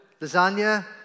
Lasagna